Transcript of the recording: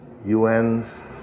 UNs